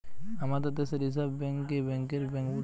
আমাদের দেশে reserve bank কে ব্যাংকের বেঙ্ক বোলছে